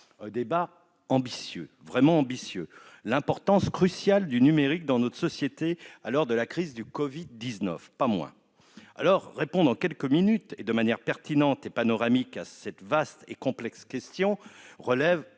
ce débat ambitieux sur l'importance cruciale du numérique dans notre société à l'heure de la crise du Covid-19. Répondre en quelques minutes, de manière pertinente et panoramique, à cette vaste et complexe question relève